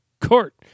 court